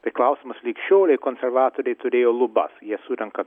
tai klausimas lig šiolei konservatoriai turėjo lubas jie surenka